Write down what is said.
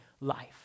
life